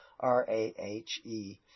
R-A-H-E